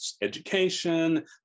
education